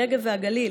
הנגב והגליל,